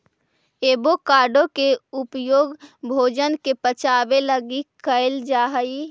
avocado के उपयोग भोजन के पचाबे लागी कयल जा हई